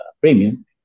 premium